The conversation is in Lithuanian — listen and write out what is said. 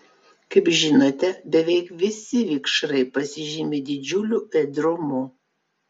kaip žinote beveik visi vikšrai pasižymi didžiuliu ėdrumu